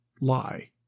lie